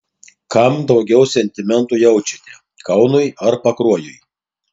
kam daugiau sentimentų jaučiate kaunui ar pakruojui